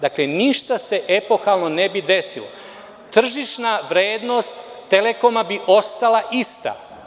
Dakle, ništa se epohalno ne bi desilo, tržišna vrednost „Telekoma“ bi ostala ista.